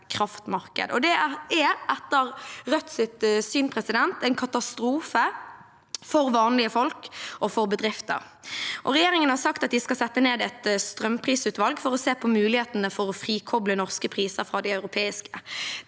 Det er, etter Rødts syn, en katastrofe for vanlige folk og for bedrifter. Regjeringen har sagt at den skal sette ned et strømprisutvalg for å se på mulighetene for å frikoble norske priser fra de europeiske.